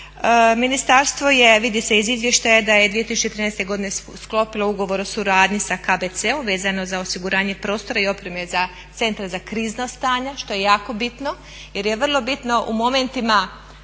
Ministarstvo je, vidi se iz izvještaja da je 2013. godine sklopilo ugovor o suradnji sa KBC-om vezano za osiguranje prostora i opreme za Centar za krizna stanja što je jako bitno jer je vrlo bitno u momentima